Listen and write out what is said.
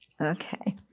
Okay